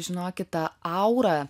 žinokit ta aura